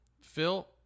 Phil